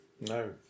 no